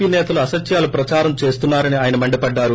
P నేతలు అసత్వాలు ప్రదారం చేస్తున్నా రని ఆయన మండిపడ్డారు